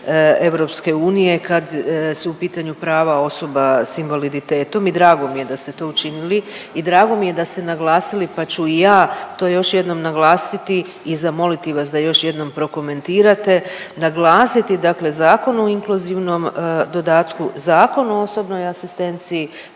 Hrvatske i EU kad su u pitanju prava osoba s invaliditetom i drago mi je da ste to učinili i drago mi je da ste naglasili pa ću i ja to još jednom naglasiti i zamoliti vas da još jednom prokomentirate, naglasiti dakle Zakon o inkluzivnom dodatku, Zakon o osobnoj asistenciji